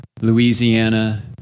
Louisiana